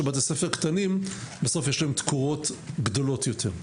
שבתי ספר קטנים בסוף יש להם תקורות גדולות יותר.